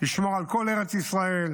לשמור על כל ארץ ישראל,